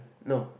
no